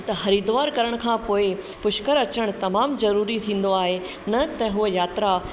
त हरिद्वार करण खां पोइ पुष्कर अचणु तमामु ज़रूरी थींदो आहे न त उहा यात्रा